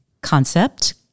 concept